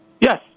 yes